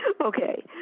Okay